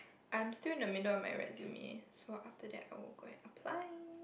I'm still in the middle of my resume so after that I will go and apply